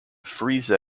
frieze